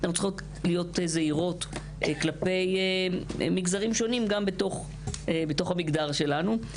אנחנו צריכות להיות זהירות כלפי מגזרים שונים גם בתוך המגזר שלנו,